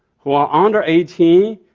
who are under eighteen,